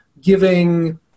giving